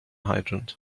hydrant